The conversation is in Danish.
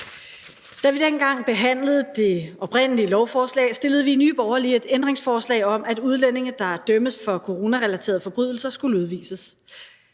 Da vi dengang behandlede det oprindelige lovforslag, stillede vi i Nye Borgerlige et ændringsforslag om, at udlændinge, der dømmes for coronarelaterede forbrydelser, skulle udvises.